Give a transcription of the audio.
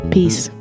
Peace